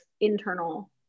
internal